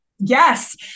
Yes